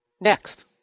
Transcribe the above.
Next